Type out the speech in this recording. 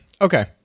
Okay